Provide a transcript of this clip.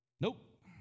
Nope